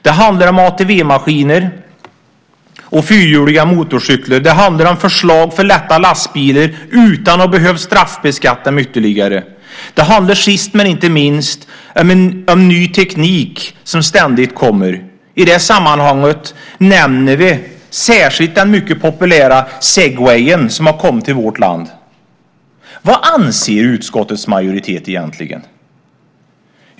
Det handlar om ATV-maskiner och fyrhjuliga motorcyklar. Det handlar om förslag för lätta lastbilar utan att behöva straffbeskatta dem ytterligare. Det handlar sist men inte minst om ny teknik som ständigt kommer. I det sammanhanget nämner vi särskilt den mycket populära Segway, som har kommit till vårt land. Vad anser utskottets majoritet egentligen?